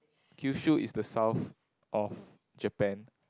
Kyushu is the south of Japan